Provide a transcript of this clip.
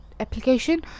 application